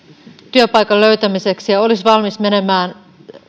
työpaikan löytämiseksi ja olisi valmis menemään